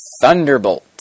Thunderbolt